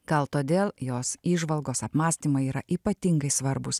gal todėl jos įžvalgos apmąstymai yra ypatingai svarbūs